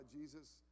Jesus